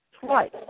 twice